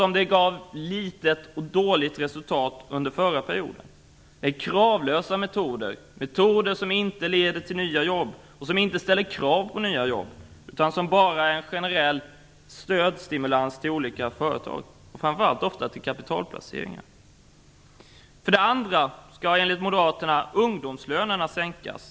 Men det gav litet och dåligt resultat under den förra perioden. Det är kravlösa metoder, som inte leder till nya jobb och som inte ställer krav på nya företag. Det är bara en generell stimulans till olika företag, framför allt ofta till kapitalplaceringar. Det andra kravet från Moderaterna är att ungdomslönerna skall sänkas.